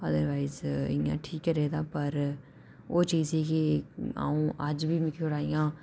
otherwise इ'यां ठीक गै रेह्दा पर ओह् चीज जेह्की ही अ'ऊं अज्ज बी मिगी थोह्ड़ा इ'यां